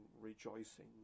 rejoicing